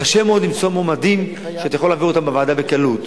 קשה מאוד למצוא מועמדים שאתה יכול להעביר אותם בוועדה בקלות.